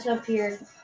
appeared